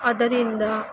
ಅದರಿಂದ